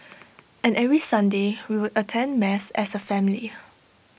and every Sunday we would attend mass as A family